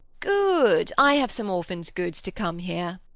good! i have some orphans' goods to come here.